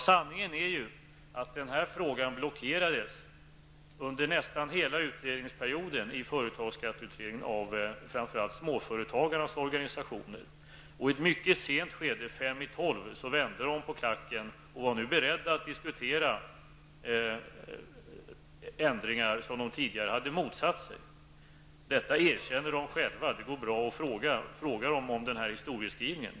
Sanningen är att denna fråga blockerades under nästan hela utredningsperioden i företagsskatteutredningen av framför allt småföretagarnas organisationer. I ett mycket sent skede, fem i tolv, vände de på klacken och var beredda att diskutera ändringar som de tidigare hade motsatt sig. Detta erkänner de själva, och det går bra att fråga dem om denna historieskrivning.